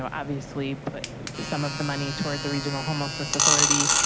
so obviously put some of the money toward the regional homelessness authority.